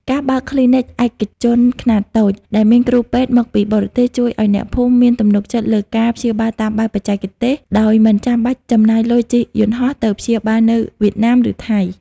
ការបើក "គ្លីនិកឯកជនខ្នាតតូច" ដែលមានគ្រូពេទ្យមកពីបរទេស ជួយឱ្យអ្នកភូមិមានទំនុកចិត្តលើការព្យាបាលតាមបែបបច្ចេកទេស ដោយមិនចាំបាច់ចំណាយលុយជិះយន្តហោះទៅព្យាបាលនៅវៀតណាម ឬថៃ។